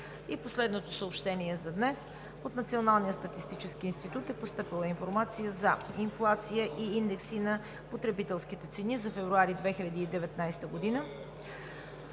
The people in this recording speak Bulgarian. И последното съобщение за днес – от Националния статистически институт е постъпила информация за: инфлация и индекси на потребителските цени за февруари 2019 г.